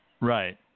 Right